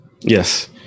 Yes